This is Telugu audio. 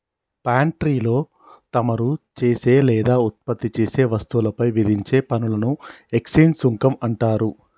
పాన్ట్రీలో తమరు చేసే లేదా ఉత్పత్తి చేసే వస్తువులపై విధించే పనులను ఎక్స్చేంజ్ సుంకం అంటారు